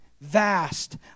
vast